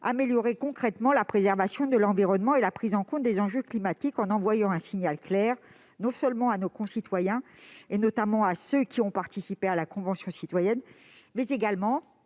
améliorer concrètement la préservation de l'environnement et la prise en compte des enjeux climatiques, en envoyant un signal clair, non seulement à nos concitoyens, notamment à ceux qui ont participé à la Convention citoyenne, mais également